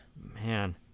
Man